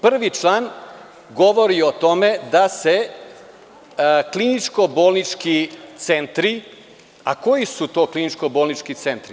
Prvi član govori o tome da se kliničko bolnički centri, a koji su to kliničko bolnički centri?